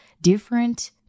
different